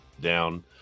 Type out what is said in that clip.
down